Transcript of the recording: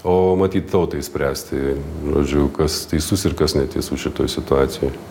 o matyt tautai spręsti žodžiu kas teisus ir kas neteisus šitoj situacijoj